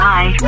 Bye